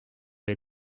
les